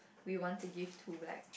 we want to give to like